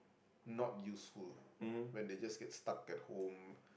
not useful when they just get stuck at home